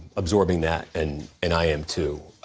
absorbing that and and i am, too.